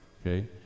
okay